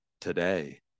today